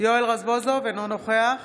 אינו נוכח